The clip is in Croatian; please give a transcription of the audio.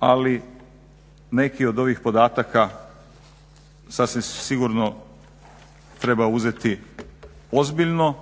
ali neki od ovih podataka sasvim sigurno treba uzeti ozbiljno,